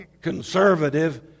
conservative